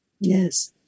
Yes